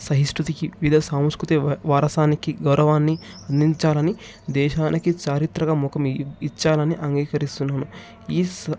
సహిస్థుతికి వివిధ సాంస్కృతిక వారసత్వాన్ని గౌరవాన్ని అందించాలని దేశానికి చారిత్రకత్మాకం ఇవ్వాలని అంగీకరిస్తున్నాను ఈ సా